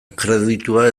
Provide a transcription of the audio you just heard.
kreditua